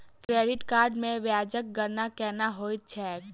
credit card मे ब्याजक गणना केना होइत छैक